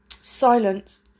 Silence